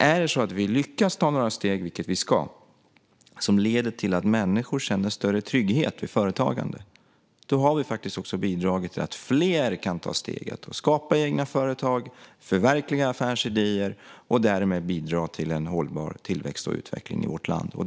Om vi lyckas ta några steg - vilket vi ska göra - som leder till att människor känner större trygghet vid företagande har vi också bidragit till att fler kan skapa egna företag, förverkliga affärsidéer och därmed bidra till hållbar tillväxt och utveckling i vårt land.